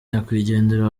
nyakwigendera